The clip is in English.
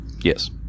Yes